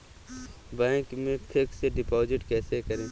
Bank में fix deposit कैसे करें?